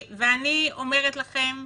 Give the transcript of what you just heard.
אני אומרת לכם,